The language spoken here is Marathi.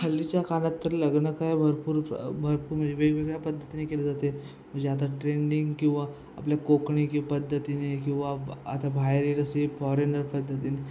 हल्लीच्या काळात तर लग्न काय भरपूर प्र भरपूर म्हणजे वेगवेगळ्या पद्धतीने केले जाते म्हणजे आता ट्रेंडिंग किंवा आपल्या कोकणी पद्धतीने किंवा आता बाहेरील असे फॉरेनर पद्धतीने